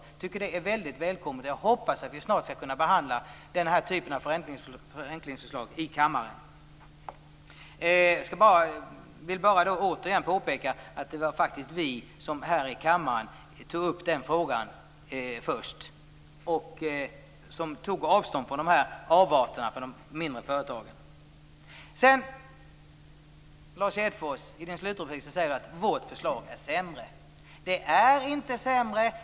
Jag tycker att det är mycket välkommet, och jag hoppas att vi snart skall kunna behandla den här typen av förenklingsförslag i kammaren. Jag vill återigen påpeka att det faktiskt var vi som här i kammaren tog upp den frågan först. Vi tog avstånd från dessa avarter för de mindre företagen. I sin slutreplik säger Lars Hedfors att vårt förslag är sämre. Det är inte sämre.